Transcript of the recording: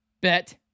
bet